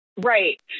right